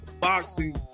boxing